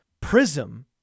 prism